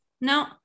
No